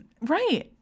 Right